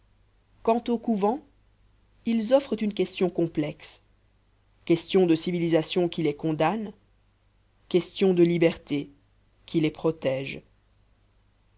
quant aux couvents ils offrent une question complexe question de civilisation qui les condamne question de liberté qui les protège